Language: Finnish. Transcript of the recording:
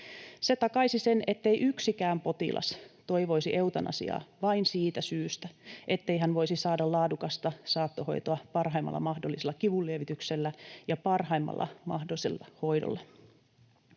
Se takaisi sen, ettei yksikään potilas toivoisi eutanasiaa vain siitä syystä, ettei hän voisi saada laadukasta saattohoitoa parhaimmalla mahdollisella kivunlievityksellä ja parhaimmalla mahdollisella hoidolla.